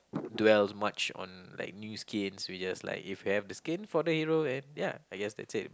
dwell as much on like new skins we just like if you have the skin for the hero and ya I guess that's it